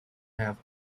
have